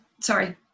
sorry